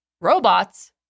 robots